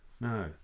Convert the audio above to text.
No